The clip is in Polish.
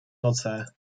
noce